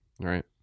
Right